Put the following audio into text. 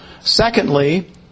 secondly